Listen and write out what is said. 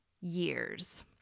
years